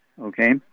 okay